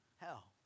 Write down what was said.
hell